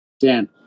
Dan